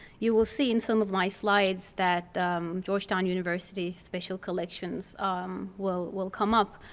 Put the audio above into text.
you will see in some of my slides that georgetown university special collections um will will come up.